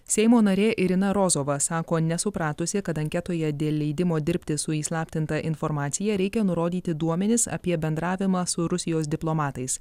seimo narė irina rozova sako nesupratusi kad anketoje dėl leidimo dirbti su įslaptinta informacija reikia nurodyti duomenis apie bendravimą su rusijos diplomatais